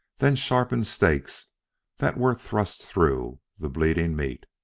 then sharpened stakes that were thrust through the bleeding meat.